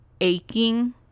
aching